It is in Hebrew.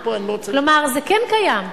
כלומר, זה כן קיים.